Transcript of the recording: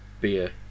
beer